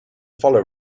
follow